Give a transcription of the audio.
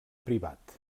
privat